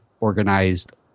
organized